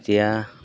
এতিয়া